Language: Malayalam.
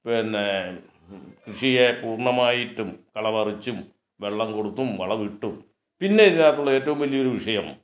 പിന്നെ കൃഷിയെ പൂർണ്ണമായിട്ടും കള പറിച്ചും വെള്ളം കൊടുത്തും വളം ഇട്ടും പിന്നെ ഇതിനകത്തുള്ള ഏറ്റവും വലിയ ഒരു വിഷയം